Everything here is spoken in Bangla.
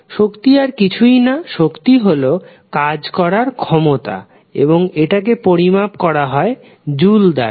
শক্তি আর কিছুই না শক্তি হলো কাজ করার ক্ষমতা এবং এটাকে পরিমাপ করা হয় জুল দ্বারা